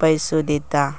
पैसो देता